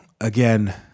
again